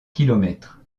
kilomètres